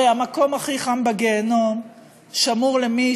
הרי המקום הכי חם בגיהינום שמור למי